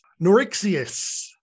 Norixius